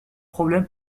problème